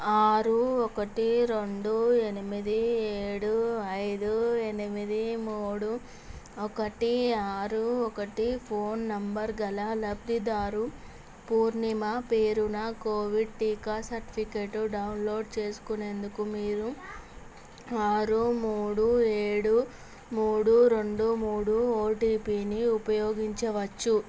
ఆరు ఒకటి రెండు ఎనిమిది ఏడు ఐదు ఎనిమిది మూడు ఒకటి ఆరు ఒకటి ఫోన్ నెంబర్ గల లబ్ధిదారు పూర్ణిమ పేరున కోవిడ్ టీకా సర్టిఫికెటు డౌన్లోడ్ చేసుకునేందుకు మీరు ఆరు మూడు ఏడు మూడు రెండు మూడు ఓటిపిని ఉపయోగించవచ్చు